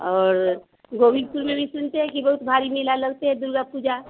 और गोबिन्दपुर में भी सुनते हैं कि बहुत भारी मेला लगते है दुर्गा पूजा